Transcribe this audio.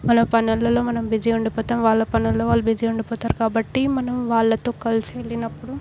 మన పనులల్లో మనం బిజీ ఉండిపోతాము వాళ్ళ పనుల్లో వాళ్ళు బిజీ ఉండిపోతారు కాబట్టి మనం వాళ్ళతో కలిసి వెళ్ళినప్పుడు